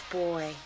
boy